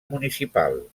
municipal